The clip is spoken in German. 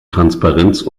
transparenz